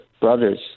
brothers